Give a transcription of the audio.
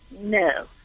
No